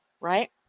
right